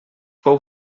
fou